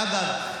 אגב,